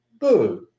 Good